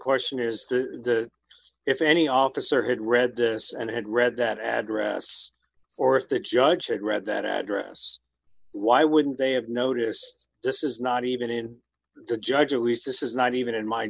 question is the if any officer had read this and had read that address or if the judge had read that address why wouldn't they have noticed this is not even in the judge a recess is not even in my